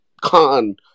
con